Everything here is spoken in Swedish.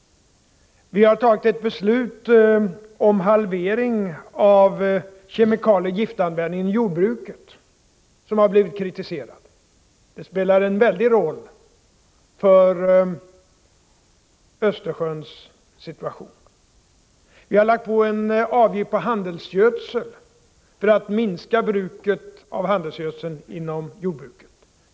Vi har tagit ett beslut om halvering av kemikalieoch giftanvändningen i jordbruket, som har blivit kritiserat. Detta spelar en väldig roll för Östersjöns situation. Vi har lagt på en avgift på handelsgödseln för att minska bruket av handelsgödsel inom jordbruket.